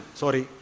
sorry